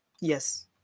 Yes